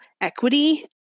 equity